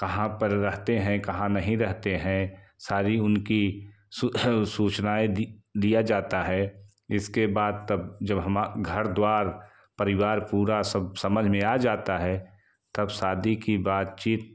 कहाँ पर रहते हैं कहाँ नहीं रहते हैं सारी उनकी सूच सूचनाएँ दिया जाता है इसके बाद तब जब जो हमा घर द्वार परिवार पूरा सब समझ में आ जाता है तब शादी की बातचीत